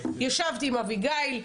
ישבתי עם אביגיל,